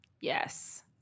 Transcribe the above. Yes